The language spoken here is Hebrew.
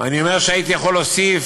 אני אומר שהייתי יכול להוסיף